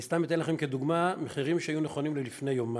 אני סתם אתן לכם כדוגמה מחירים שהיו נכונים לפני יומיים,